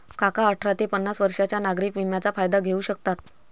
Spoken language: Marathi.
काका अठरा ते पन्नास वर्षांच्या नागरिक विम्याचा फायदा घेऊ शकतात